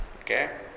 Okay